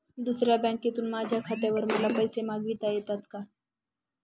दुसऱ्या बँकेतून माझ्या खात्यावर मला पैसे मागविता येतात का?